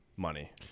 money